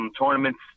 tournaments